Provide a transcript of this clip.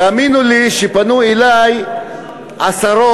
תאמינו לי שפנו אלי עשרות,